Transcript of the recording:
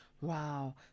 Wow